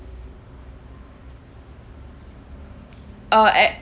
uh at